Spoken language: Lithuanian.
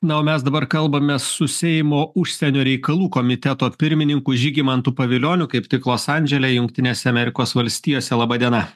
na o mes dabar kalbamės su seimo užsienio reikalų komiteto pirmininku žygimantu pavilioniu kaip tik los andžele jungtinėse amerikos valstijose laba diena